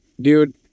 Dude